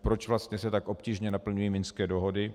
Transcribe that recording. Proč vlastně se tak obtížně naplňují minské dohody?